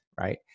right